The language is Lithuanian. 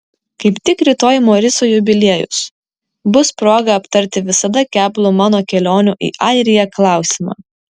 kaip tik rytoj moriso jubiliejus bus proga aptarti visada keblų mano kelionių į airiją klausimą